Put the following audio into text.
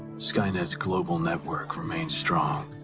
skynet's global network remains strong,